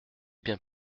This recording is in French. bien